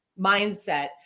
mindset